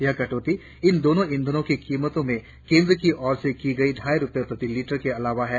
यह कटौती इन दोनों ईंधनों की कीमतों में केंद्र की ओर से की गई ढाई रुपये प्रति लीटर के अलावा है